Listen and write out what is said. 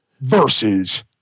versus